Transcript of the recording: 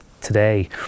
today